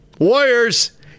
Warriors